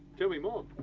tell me more?